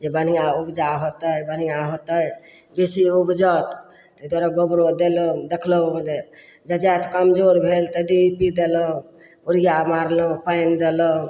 जे बढ़िआँ उपजा होतय बढ़िआँ होतय बेसी उपजत तै दुआरे गोबरो देलहुँ देखलहुँ जे जे जाइत कमजोर भेल तऽ डी ए पी देलहुँ यूरिया मारलहुँ पानि देलहुँ